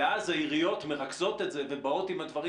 ואז העיריות מרכזות את זה ובאות עם הדברים